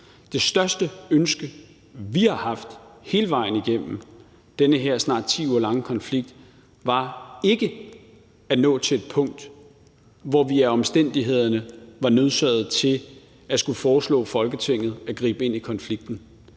Det største ønske, vi har haft hele vejen igennem den her snart 10 uger lange konflikt, var ikke at nå til et punkt, hvor vi af omstændighederne var nødsaget til at skulle foreslå Folketinget at gribe ind i konflikten.